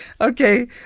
Okay